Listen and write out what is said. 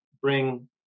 bring